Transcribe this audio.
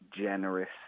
generous